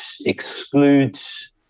excludes